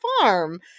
farm